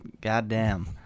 goddamn